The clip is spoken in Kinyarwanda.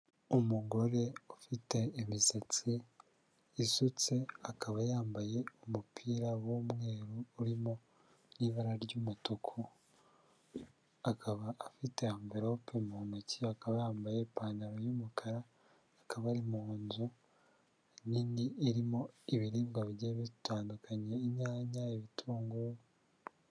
Umugore ufite imisatsi isutse akaba yambaye umupira w'umweru urimo n'ibara ry'umutuku. Akaba afite amvelope mu ntoki, akaba yambaye ipantaro y'umukara, akaba ari mu nzu nini irimo ibiribwa bigiye bitandukanye, inyanya, ibitunguru.